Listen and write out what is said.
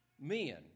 men